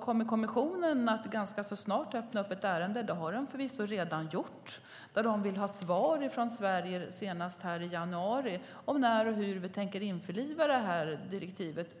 kommer kommissionen att ganska snart öppna ett ärende - och det har den förvisso redan gjort - där den vill ha svar från Sverige senast i januari om när och hur vi tänker införliva direktivet.